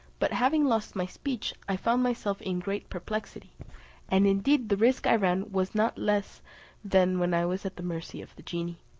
but having lost my speech i found myself in great perplexity and indeed the risk i ran was not less than when i was at the mercy of the genie.